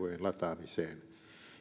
lataamiseen